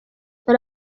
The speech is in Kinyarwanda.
dore